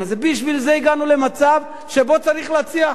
לכן הגענו למצב שבו צריך להציע חוק